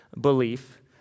belief